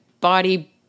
body